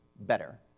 better